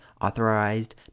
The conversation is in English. authorized